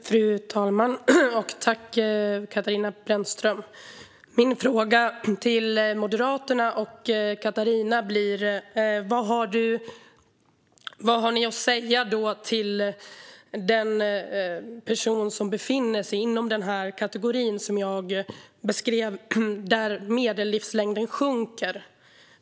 Fru talman! Mina frågor till Moderaterna och Katarina Brännström blir: Vad har ni att säga till de personer som befinner sig inom den kategori som jag beskrev, där medellivslängden sjunker?